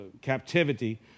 captivity